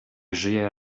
żyje